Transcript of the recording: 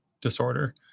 disorder